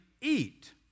eat